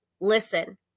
listen